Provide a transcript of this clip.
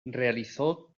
realizó